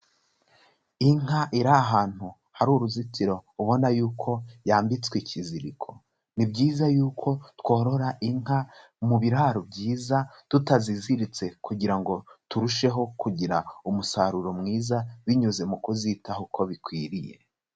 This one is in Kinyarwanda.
Inka iri ahantu hari uruzitiro ubona yuko yambitswe ikiziriko. Ni byiza yuko tworora inka mu biraro byiza tutaziziritse kugira ngo turusheho kugira umusaruro mwiza, binyuze mu kuzitaho uko bikwiriye.